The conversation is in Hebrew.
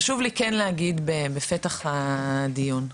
חשוב לי כן להגיד בפתח הדיון,